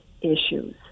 issues